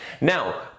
Now